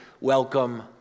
welcome